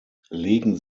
legen